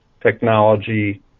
technology